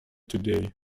today